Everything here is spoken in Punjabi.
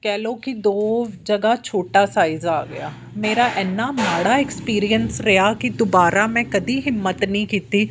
ਕਹਿ ਲਓ ਕਿ ਦੋ ਜਗ੍ਹਾ ਛੋਟਾ ਸਾਈਜ਼ ਆ ਗਿਆ ਮੇਰਾ ਇੰਨਾ ਮਾੜਾ ਐਕਸਪੀਰੀਐਂਸ ਰਿਹਾ ਕੀ ਦੁਬਾਰਾ ਮੈਂ ਕਦੇ ਹਿੰਮਤ ਨਹੀਂ ਕੀਤੀ